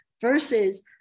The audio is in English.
versus